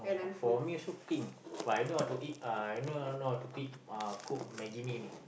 for me is also king but I don't know how to eat uh I only know how to eat uh cook maggie-mee only